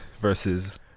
Versus